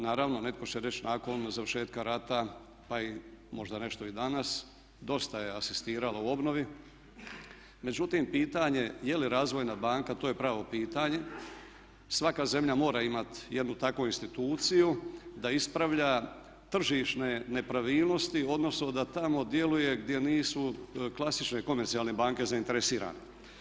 Naravno, netko će reći nakon završetka rata, pa i možda nešto i danas dosta je asistiralo u obnovi, međutim pitanje je li razvojna banka, to je pravo pitanje, svaka zemlja mora imat jednu takvu instituciju da ispravlja tržišne nepravilnosti, odnosno da tamo djeluje gdje nisu klasične komercijalne banke zainteresirane.